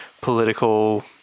political